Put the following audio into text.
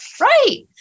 Right